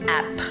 app